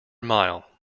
mile